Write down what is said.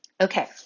Okay